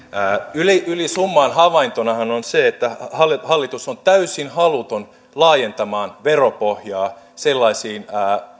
ylisummaan havaintonahan on se että hallitus hallitus on täysin haluton laajentamaan veropohjaa sellaisiin